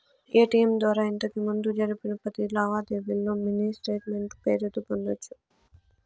ATM ద్వారా ఇంతకిముందు జరిపిన పది లావాదేవీల్లో మినీ స్టేట్మెంటు పేరుతో పొందొచ్చు